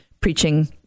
preaching